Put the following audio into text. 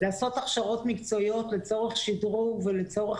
לעשות הכשרות מקצועיות לצורך שדרוג ולצורך